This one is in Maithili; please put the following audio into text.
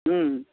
ह्म्म